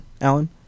Alan